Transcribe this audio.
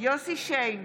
יוסף שיין,